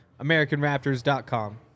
AmericanRaptors.com